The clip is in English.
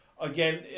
again